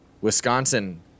Wisconsin